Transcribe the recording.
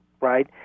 right